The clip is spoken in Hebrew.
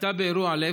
לקתה באירוע לב,